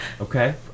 Okay